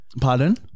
Pardon